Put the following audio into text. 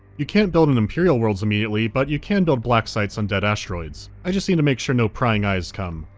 you can't build on and imperial worlds immediately, but you can build blacksites on dead asteroids. i just need to make sure no prying eyes come.